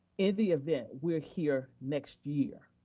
in the event we're here next year,